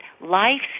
life